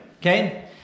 okay